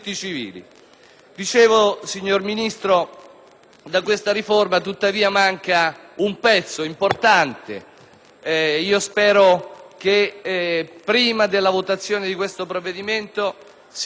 Dicevo, signor Ministro, che a questa riforma tuttavia manca un pezzo importante, che spero che prima della votazione di questo provvedimento si possa